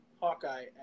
Hawkeye